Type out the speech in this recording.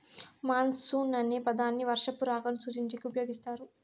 monsoon అనే పదాన్ని వర్షపు రాకను సూచించేకి ఉపయోగిస్తారు